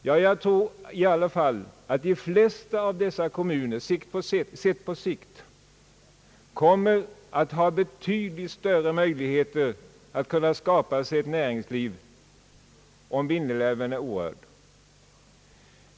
Jag tror att de flesta av dessa kommuner på längre sikt kommer att ha betydligt större möjligheter att skaffa sig näringsliv om Vindelälven är orörd.